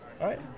right